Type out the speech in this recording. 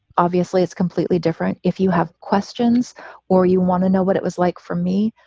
obviously, it's completely different if you have questions or you want to know what it was like for me.